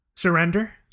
surrender